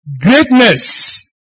greatness